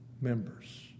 members